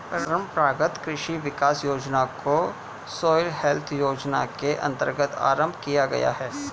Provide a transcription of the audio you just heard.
परंपरागत कृषि विकास योजना को सॉइल हेल्थ योजना के अंतर्गत आरंभ किया गया है